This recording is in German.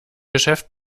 geschäft